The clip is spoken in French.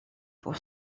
pour